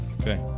Okay